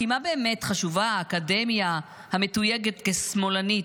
כי מה באמת חשובה האקדמיה המתויגת כשמאלנית?